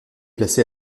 placée